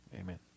Amen